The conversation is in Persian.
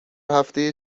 هفته